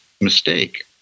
mistake